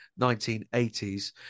1980s